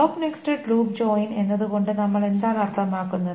block nested loop join എന്നതുകൊണ്ട് നമ്മൾ എന്താണ് അർത്ഥമാക്കുന്നത്